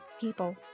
people